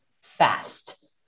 fast